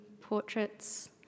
portraits